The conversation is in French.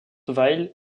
weill